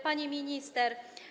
Pani Minister!